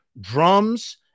drums